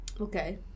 Okay